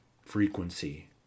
frequency